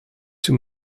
two